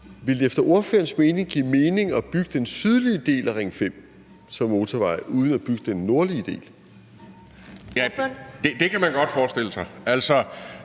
Ville det efter ordførerens mening give mening at bygge den sydlige del af Ring 5 som motorvej uden at bygge den nordlige del? Kl. 14:27 Første